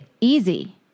easy